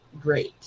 great